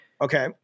Okay